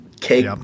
cake